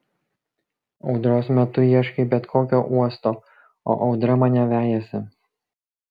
audros metu ieškai bet kokio uosto o audra mane vejasi